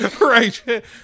right